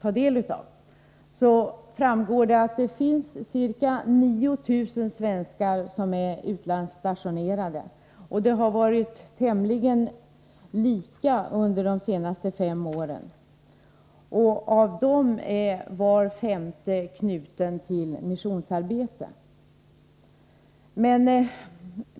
Av meritutredningens betänkande framgår att ca 9 000 svenskar är utlandsstationerade. Detta antal har varit tämligen oförändrat under de senaste fem åren. Av dessa personer är var femte knuten till missionsarbete.